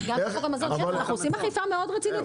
אנחנו עושים אכיפה מאוד רצינית.